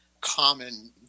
common